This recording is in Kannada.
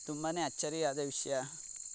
ತುಂಬಾ ಅಚ್ಚರಿಯಾದ ವಿಷಯ